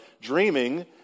dreaming